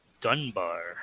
Dunbar